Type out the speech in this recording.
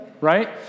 right